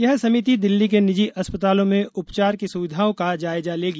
यह समिति दिल्ली के निजी अस्पतालों में उपचार की सुविधाओं का जायजा लेगी